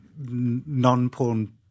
non-porn